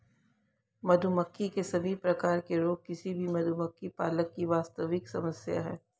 मधुमक्खी के सभी प्रकार के रोग किसी भी मधुमक्खी पालक की वास्तविक समस्या है